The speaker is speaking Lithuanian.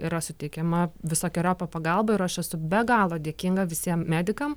yra suteikiama visokeriopa pagalba ir aš esu be galo dėkinga visiem medikam